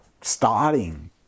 starting